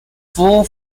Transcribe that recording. full